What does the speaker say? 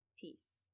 peace